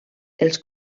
els